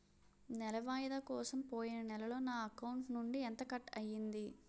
నెల వాయిదా కోసం పోయిన నెలలో నా అకౌంట్ నుండి ఎంత కట్ అయ్యింది?